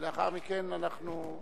ולאחר מכן אנחנו,